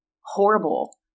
horrible